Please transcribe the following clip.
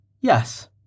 Yes